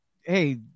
Hey